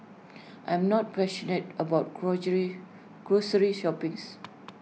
I am not passionate about grocery shopping's